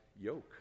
yoke